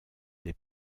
les